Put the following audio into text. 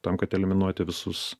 tam kad eliminuoti visus